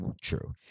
True